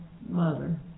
mother